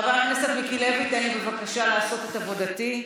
חבר הכנסת מיקי לוי, תן לי בבקשה לעשות את עבודתי.